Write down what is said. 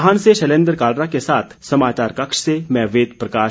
नाहन से शैलेंद्र कालरा के साथ समाचार कक्ष से मैं वेद प्रकाश